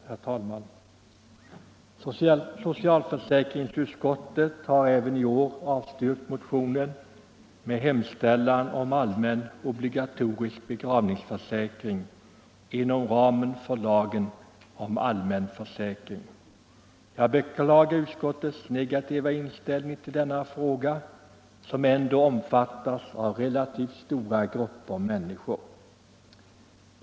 Herr talman! Socialförsäkringsutskottet har även i år avstyrkt motionen med hemställan om allmän obligatorisk begravningsförsäkring inom ramen för lagen om allmän försäkring. Jag beklagar utskottets negativa inställning till denna fråga, där ändå den mening som jag givit uttryck åt i min motion omfattas av relativt stora grupper människor.